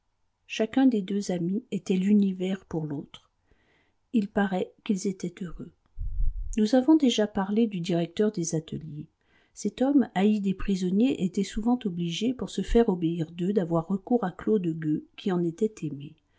chacun des deux amis était l'univers pour l'autre il paraît qu'ils étaient heureux nous avons déjà parlé du directeur des ateliers cet homme haï des prisonniers était souvent obligé pour se faire obéir d'eux d'avoir recours à claude gueux qui en était aimé